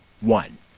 one